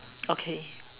okay